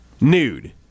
nude